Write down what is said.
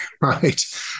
right